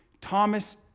Thomas